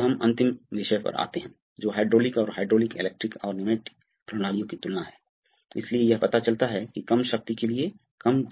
अतः यह हमें पाठ के अंत में लाता है विचार करने के लिए इंगित करता है कई प्रश्न जिनके बारे में आप सोच सकते हैं उदाहरण के लिए क्या आप सोच सकते हैं कि क्या होगा यदि